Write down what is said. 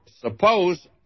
suppose